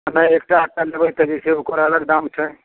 नहि एक टा आध टा लेबै तऽ जे छै ओकर अलग दाम छै